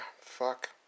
fuck